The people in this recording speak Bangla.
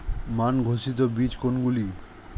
মান ঘোষিত বীজ কোনগুলি?